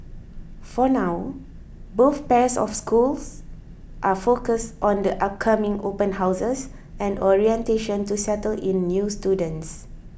for now both pairs of schools are focused on the upcoming open houses and orientation to settle in new students